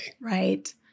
Right